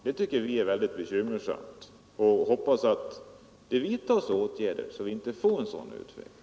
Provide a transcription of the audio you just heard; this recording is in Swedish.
Det tycker vi är mycket bekymmersamt, och vi hoppas att åtgärder vidtas för att förhindra en sådan utveckling.